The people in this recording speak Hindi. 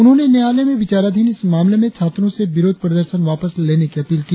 उन्होंने न्यायालय में विचाराधीन इस मामले में छात्रों से विरोध प्रदर्शन वापस लेने की अपील की